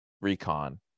recon